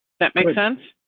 that makes sense.